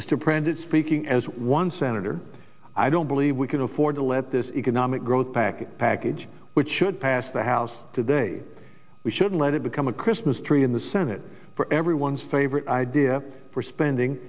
mr prentice speaking as one senator i don't believe we can afford to let this economic growth package a package which should pass the house today we should let it become a christmas tree in the senate for everyone's favorite idea for spending